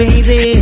Baby